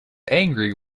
angry